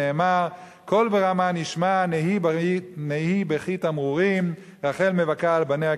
שנאמר: "קול ברמה נשמע נהי בכי תמרורים רחל מבכה על בניה,